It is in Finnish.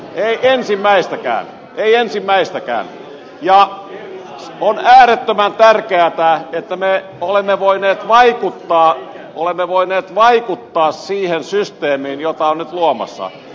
ei ensimmäistäkään ei ensimmäistäkään ja on äärettömän tärkeätä että me olemme voineet vaikuttaa siihen systeemiin jota ollaan nyt luomassa